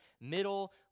middle